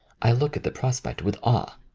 i look at the prospect with awe.